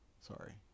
Sorry